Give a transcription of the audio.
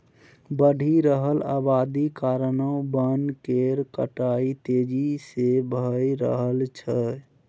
बढ़ि रहल अबादी कारणेँ बन केर कटाई तेजी से भए रहल छै